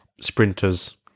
sprinters